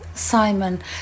Simon